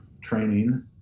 training